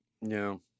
No